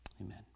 Amen